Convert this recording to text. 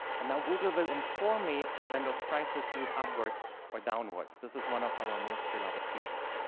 and now google will inform me when those prices move upwards or downwards. this is one of our most beloved features.